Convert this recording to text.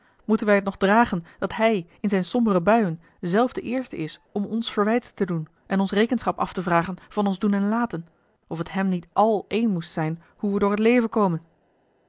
moeten wij het nog dragen dat hij in zijne sombere a l g bosboom-toussaint de delftsche wonderdokter eel zelf de eerste is om ons verwijten te doen en ons rekenschap af te vragen van ons doen en laten of t hem niet àl een moest zijn hoe we door het leven komen